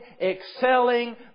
excelling